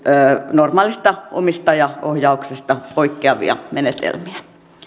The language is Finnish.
normaalista omistajaohjauksesta poikkeavia menetelmiä